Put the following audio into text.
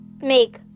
make